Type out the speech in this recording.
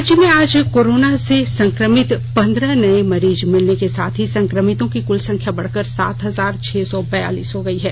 राज्य में आज कोरोना से संक्रमित पंद्रह नये मरीज मिलने के साथ ही संक्रमितों की कुल संख्या बढ़कर सात हजार छह सौ बियालीस हो गयी है